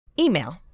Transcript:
Email